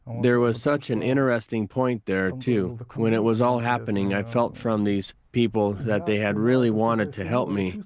there was such an interesting point there, too. when it was all happening, i felt from these people that they really wanted to help me.